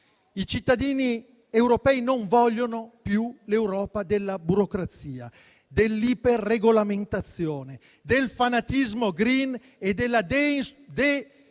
I cittadini europei non vogliono più l'Europa della burocrazia, dell'iper-regolamentazione, del fanatismo *green* e della deindustrializzazione.